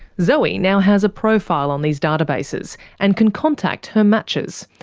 zoe now has a profile on these databases, and can contact her matches,